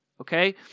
okay